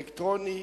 אלקטרוני.